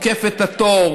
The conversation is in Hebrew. עוקף את התור,